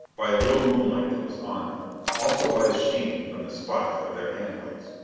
by a little moonlight that was on them also by the sheen from the spots of their hand-lights.